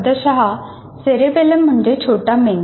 नियंत्रक सेरेबेलम काय करते